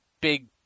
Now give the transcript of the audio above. big